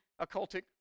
occultic